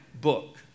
book